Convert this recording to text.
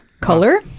color